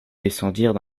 descendirent